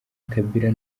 kabila